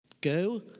Go